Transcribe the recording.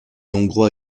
hongrois